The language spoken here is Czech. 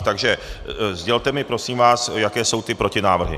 Takže sdělte mi prosím vás, jaké jsou ty protinávrhy.